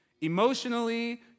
emotionally